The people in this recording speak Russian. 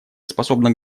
способна